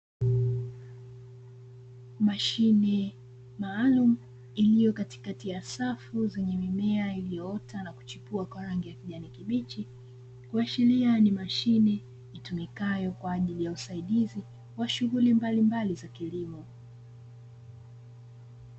Mashine maalumu iliyo katikati ya safu zenye mimea iliyoota na kuchipua kwa rangi ya kijani kibichi, kuashiria ni mashine itumikayo kwa ajili ya usaidizi wa shughuli mbalimbali za kilimo.